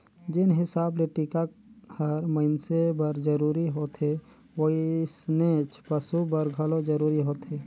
जेन हिसाब ले टिका हर मइनसे बर जरूरी होथे वइसनेच पसु बर घलो जरूरी होथे